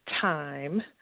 time